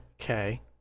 Okay